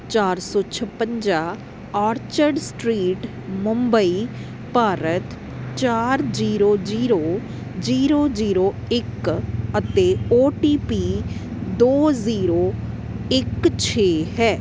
ਚਾਰ ਸੌ ਛਪੰਜਾ ਆਰਚਰਡ ਸਟ੍ਰੀਟ ਮੁੰਬਈ ਭਾਰਤ ਚਾਰ ਜੀਰੋ ਜੀਰੋ ਜੀਰੋ ਜੀਰੋ ਇੱਕ ਅਤੇ ਓ ਟੀ ਪੀ ਦੋ ਜ਼ੀਰੋ ਇੱਕ ਛੇ ਹੈ